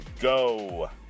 go